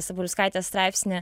sabaliauskaitės straipsnį